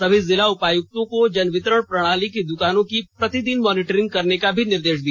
सभी जिला उपायुक्तों को जन वितरण प्रणाली की दुकानों की प्रतिदिन मॉनिटरिंग करने का भी निर्देष दिया